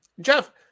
Jeff